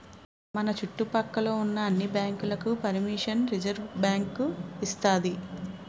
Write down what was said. మన చుట్టు పక్క లో ఉన్న అన్ని బ్యాంకులకు పరిమిషన్ రిజర్వుబ్యాంకు ఇస్తాది